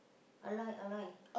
Aloy Aloy